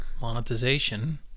Monetization